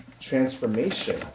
transformation